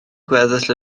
gweddill